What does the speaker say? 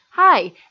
Hi